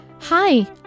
Hi